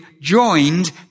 joined